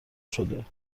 شده